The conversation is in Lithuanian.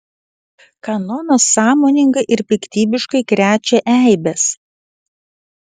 kanonas sąmoningai ir piktybiškai krečia eibes